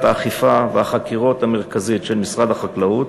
האכיפה והחקירות המרכזית של משרד החקלאות,